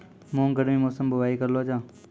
मूंग गर्मी मौसम बुवाई करलो जा?